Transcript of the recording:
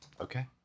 Okay